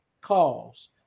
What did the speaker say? calls